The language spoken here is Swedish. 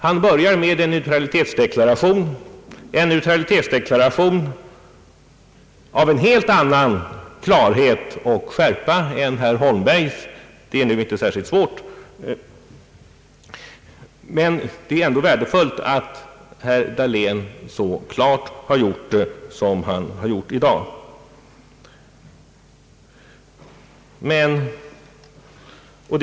Han börjar med en neutralitetsdeklaration, och en neutralitetsdeklaration av helt annan klarhet och skärpa än herr Holmbergs — det är nu inte särskilt svårt, men det är ändå värdefullt att herr Dahlén har gjort det på ett så klart sätt som han gjort här i dag.